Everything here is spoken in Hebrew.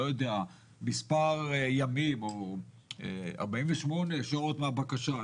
מספר ימים או 48 שעות מהבקשה,